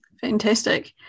Fantastic